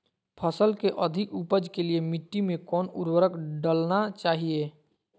फसल के अधिक उपज के लिए मिट्टी मे कौन उर्वरक डलना चाइए?